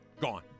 gone